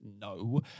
no